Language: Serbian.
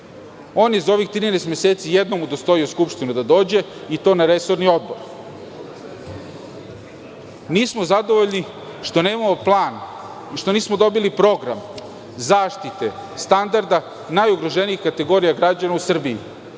On je za ovih 13 meseci jednom udostojio Skupštinu da dođe, i to na resorni odbor. Nismo zadovoljni što nemamo plan, što nismo dobili program zaštite standarda najugroženijih kategorija građana u Srbiji,